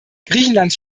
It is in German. griechenlands